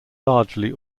largely